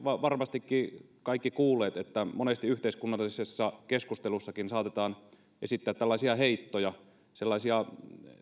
varmastikin kaikki kuulleet monesti yhteiskunnallisessa keskustelussakin saatetaan esittää tällaisia heittoja sellaisia